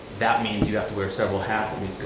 that means you have to wear several hats,